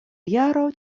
jaro